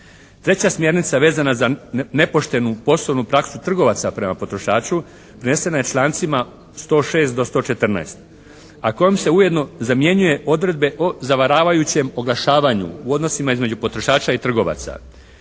Treća smjernica vezana za nepoštenu poslovnu praksu trgovaca prema potrošaču prenesena je člancima 106. do 114. a kojom se ujedno zamjenjuje odredbe o zavaravajućem oglašavanju u odnosima između potrošača i trgovaca.